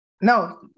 No